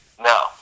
No